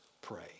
pray